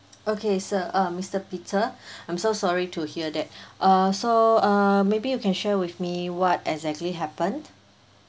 okay sir uh mister peter I'm so sorry to hear that err so err maybe you can share with me what exactly happened